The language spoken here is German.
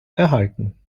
erhalten